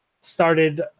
started